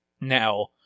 Now